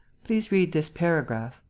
please read this paragraph.